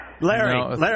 Larry